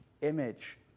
image